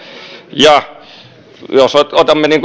ja jos otamme